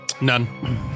None